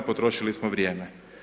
Potrošili smo vrijeme.